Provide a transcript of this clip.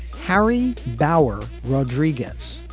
carrie bauer rodriguez,